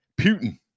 Putin